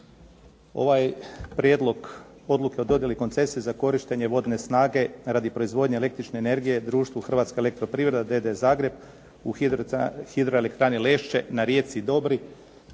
Ovaj Prijedlog odluke o dodjeli koncesije za korištenje vodne snage radi proizvodnje električne energije društvu Hrvatska elektroprivreda d.d. Zagreb u hidroelektrani Lešće na rijeci Dobri